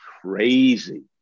crazy